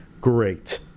great